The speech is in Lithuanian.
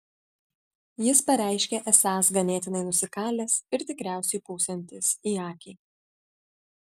jis pareiškė esąs ganėtinai nusikalęs ir tikriausiai pūsiantis į akį